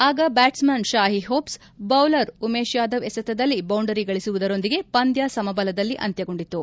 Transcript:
ಆಗ batsman Shai Hope bowler Umesh Yadav ಎಸೆತದಲ್ಲಿ boundary ಗಳಿಸುವುದರೊಂದಿಗೆ ಪಂದ್ಯ ಸಮಬಲದಲ್ಲಿ ಅಂತ್ಯಗೊಂಡಿತು